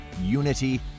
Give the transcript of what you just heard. unity